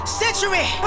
century